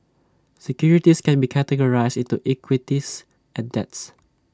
securities can be categorized into equities and debts